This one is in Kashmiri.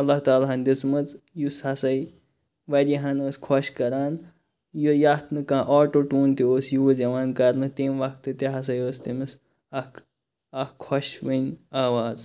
اللہ تعالیٰ ہَن دِژمٕژ یُس ہَسا واریاہَن ٲسۍ خۄش کَران یتھ نہٕ کانٛہہ آٹو ٹون تہِ اوس یوٗز یِوان کَرنہٕ تمہِ وَقتہٕ تہِ ہَسا ٲسۍ تٔمِس اکھ اکھ خۄشوٕنۍ آواز